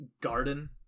garden